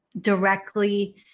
directly